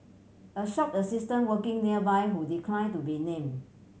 a shop assistant working nearby who decline to be name